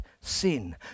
sin